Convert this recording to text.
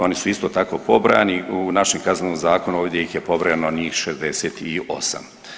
Oni su isto tako pobrojani u našem Kaznenom zakonu, ovdje ih je pobrojano njih 68.